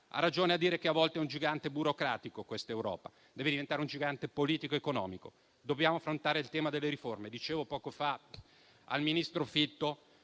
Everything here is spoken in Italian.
Ha ragione a dire che a volte è un gigante burocratico quest'Europa; deve diventare un gigante politico-economico. Dobbiamo affrontare il tema delle riforme. Dicevo poco fa al ministro Fitto